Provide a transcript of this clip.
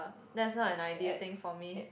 that's not an ideal thing for me